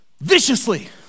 viciously